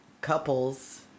couples